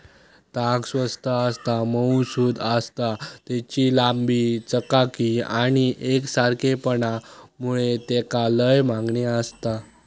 ताग स्वस्त आसता, मऊसुद आसता, तेची लांबी, चकाकी आणि एकसारखेपणा मुळे तेका लय मागणी आसता